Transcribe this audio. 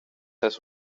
has